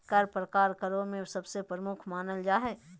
कर प्रकार करों में सबसे प्रमुख मानल जा हय